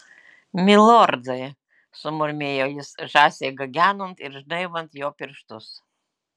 milordai sumurmėjo jis žąsiai gagenant ir žnaibant jo pirštus